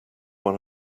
one